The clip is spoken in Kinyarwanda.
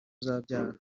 uzabyara